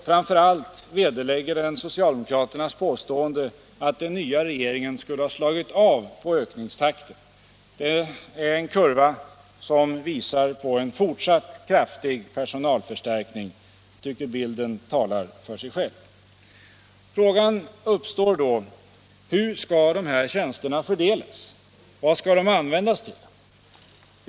Framför allt vederlägger det socialdemokraternas påstående att den nya regeringen skulle ha slagit av på ökningstakten. Det är en kurva som visar på en fortsatt kraftig personalförstärkning. Jag tycker att bilden talar för sig själv. Frågan uppstår då: Hur skall dessa tjänster fördelas? Vad skall de användas till?